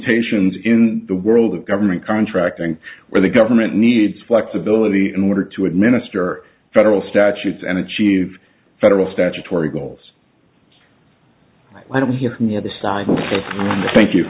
permutations in the world of government contracting where the government needs flexibility in order to administer federal statutes and achieve federal statutory goals i don't hear from the other side thank you